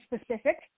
specific